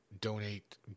donate